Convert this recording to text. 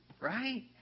right